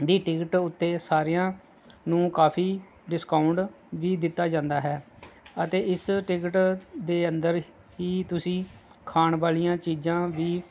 ਦੀ ticket ਉੱਤੇ ਸਾਰਿਆਂ ਨੂੰ ਕਾਫ਼ੀ ਡਿਸਕਾਊਂਟ ਵੀ ਦਿੱਤਾ ਜਾਂਦਾ ਹੈ ਅਤੇ ਇਸ ਟਿਕਟ ਦੇ ਅੰਦਰ ਹੀ ਤੁਸੀਂ ਖਾਣ ਵਾਲੀਆਂ ਚੀਜ਼ਾਂ ਵੀ